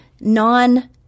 non